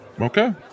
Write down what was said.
Okay